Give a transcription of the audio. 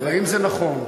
האם זה נכון?